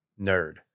nerd